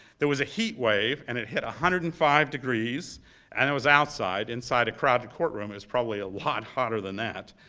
there was a heat wave and it hit ah hundred and five degrees and it was outside. inside a crowded courtroom it was probably a lot hotter than that.